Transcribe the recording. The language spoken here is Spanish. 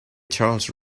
charles